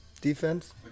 defense